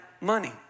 money